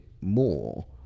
more